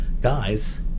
guys